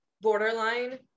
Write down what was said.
borderline